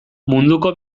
munduko